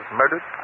murdered